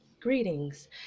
Greetings